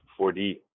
4D